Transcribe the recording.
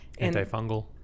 antifungal